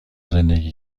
زندگی